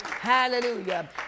Hallelujah